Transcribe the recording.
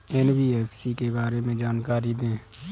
NBFC के बारे में जानकारी दें?